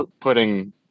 putting